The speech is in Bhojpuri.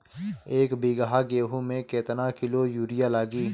एक बीगहा गेहूं में केतना किलो युरिया लागी?